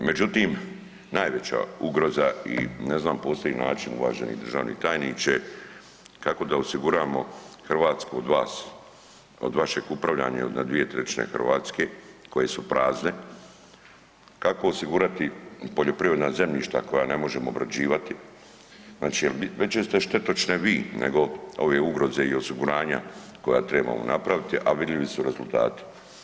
Međutim, najveća ugroza i ne znam postoji način uvaženi državni tajniče kako da osiguramo Hrvatsku od vas, od vašeg upravljanja jel na 2/3 Hrvatske koje su prazne kako osigurati poljoprivredna zemljišta koja ne možemo ograđivati, znači jel veće ste štetočine vi nego ove ugroze i osiguranja koja trebamo napraviti, a vidljivi su rezultati.